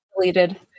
deleted